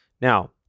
Now